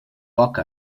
poc